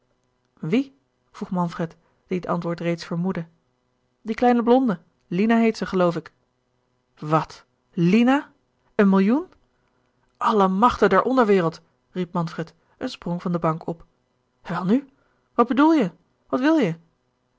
wie vroeg manfred die het antwoord reeds vermoedde die kleine blonde lina heet ze geloof ik wat lina een millioen alle machten der onderwereld riep manfred en sprong van de bank op welnu wat bedoel je wat wil je